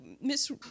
Miss